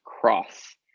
cross